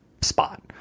spot